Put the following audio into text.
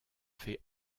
fait